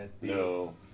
no